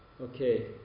Okay